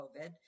COVID